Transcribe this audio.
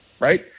Right